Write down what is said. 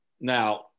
now